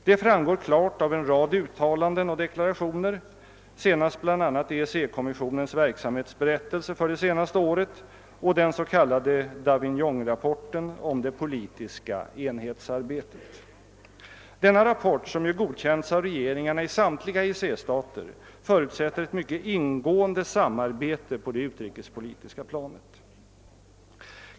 Det framgår klart av en rad uttalanden och «deklarationer, senast bl.a. av EEC-kommissionens verksamhetsberättelse för föregående år och av den s.k. Davignonrapporten om det politiska enhetsarbetet. Den sistnämnda rapporten, som godkänts av regeringarna i samtliga EEC-stater, förutsätter ett mycket ingående samarbete på det utrikespolitiska planet.